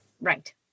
Right